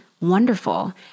wonderful